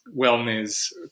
wellness